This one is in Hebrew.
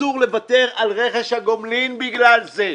אסור לוותר על רכש הגומלין בגלל זה.